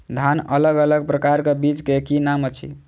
धान अलग अलग प्रकारक बीज केँ की नाम अछि?